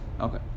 Okay